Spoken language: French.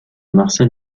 marcel